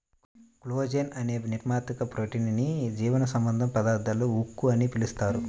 collagen అనే నిర్మాణాత్మక protein ని జీవసంబంధ పదార్థాల ఉక్కు అని పిలుస్తారు